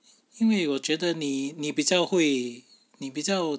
因为我觉得你你比较你比较